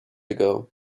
ago